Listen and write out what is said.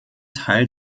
teil